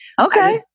Okay